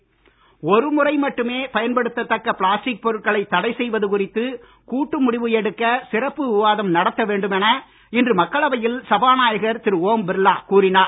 plastic ஒருமுறை மட்டுமே பயன்படுத்த தக்க பிளாஸ்டிக் பொருட்களை தடை செய்வது குறித்து கூட்டு முடிவு எடுக்க சிறப்பு விவாதம் நடத்த வேண்டும் என இன்று மக்களவையில் சபாநாயகர் திரு ஓம் பிர்லா கூறினார்